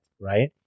right